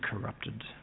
corrupted